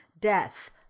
death